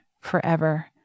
forever